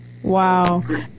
Wow